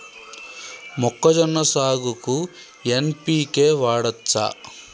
మొక్కజొన్న సాగుకు ఎన్.పి.కే వాడచ్చా?